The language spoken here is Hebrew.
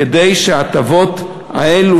כדי שההטבות האלה,